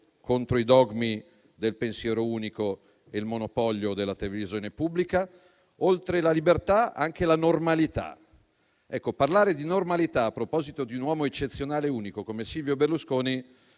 contro i dogmi del pensiero unico e il monopolio della televisione pubblica. Oltre la libertà, voglio citare anche il concetto di normalità. Parlare di normalità a proposito di un uomo eccezionale e unico, come Silvio Berlusconi,